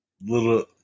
little